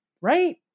right